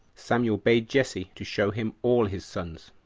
samuel bade jesse to show him all his sons.